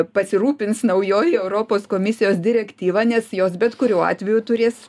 pasirūpins naujoji europos komisijos direktyva nes jos bet kuriuo atveju turės